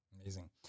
Amazing